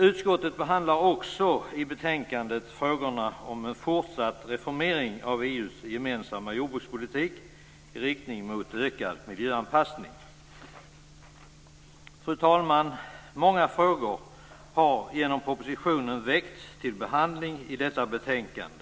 Utskottet behandlar också i betänkandet frågorna om en fortsatt reformering av EU:s gemensamma jordbrukspolitik i riktning mot ökad miljöanpassning. Fru talman! Många frågor har genom propositionen väckts till behandling i detta betänkande.